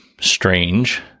strange